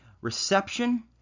reception